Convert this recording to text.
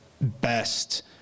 best